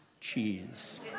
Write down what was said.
cheese